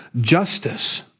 justice